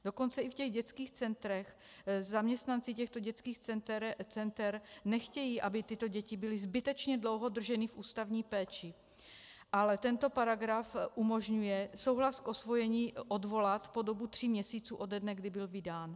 Dokonce i v těch dětských centrech zaměstnanci těchto dětských center nechtějí, aby tyto děti byly zbytečně dlouho drženy v ústavní péči, ale tento paragraf umožňuje souhlas k osvojení odvolat po dobu tří měsíců ode dne, kdy byl vydán.